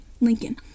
Lincoln